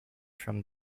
from